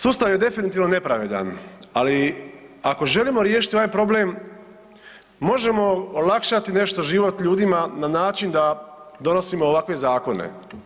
Sustav je definitivno nepravedan, ali ako želimo riješiti ovaj problem možemo olakšat nešto život ljudima na način da donosimo ovakve zakone.